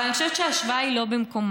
אבל אני חושבת שההשוואה לא במקומה,